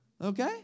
Okay